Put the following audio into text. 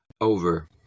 Over